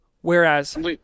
Whereas